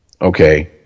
Okay